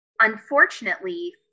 unfortunately